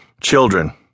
Children